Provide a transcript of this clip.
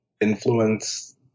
influence